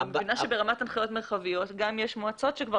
אני מבינה שברמת הנחיות מרחביות יש מועצות שכבר